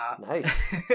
Nice